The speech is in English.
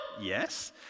Yes